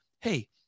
Hey